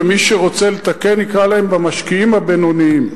ומי שרוצה לתקן יקרא להם המשקיעים הבינוניים.